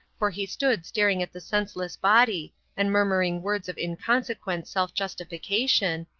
for he stood staring at the senseless body and murmuring words of inconsequent self-justification,